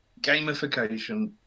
gamification